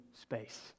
space